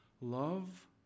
Love